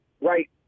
right